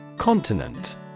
Continent